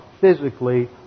physically